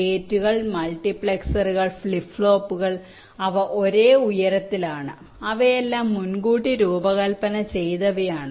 ഗേറ്റുകൾ മൾട്ടിപ്ലക്സറുകൾ ഫ്ലിപ്പ് ഫ്ലോപ്പുകൾ അവ ഒരേ ഉയരത്തിലാണ് അവയെല്ലാം മുൻകൂട്ടി രൂപകൽപ്പന ചെയ്തവയാണ്